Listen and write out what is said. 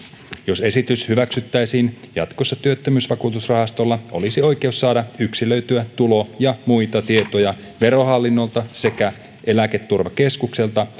jos esitys hyväksyttäisiin jatkossa työttömyysvakuutusrahastolla olisi oikeus saada yksilöityjä tulo ja muita tietoja verohallinnolta sekä eläketurvakeskukselta